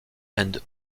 and